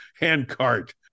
handcart